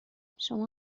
شما